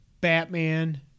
Batman